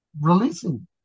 releasing